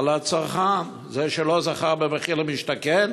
על הצרכן, זה שלא זכה במחיר למשתכן